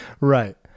Right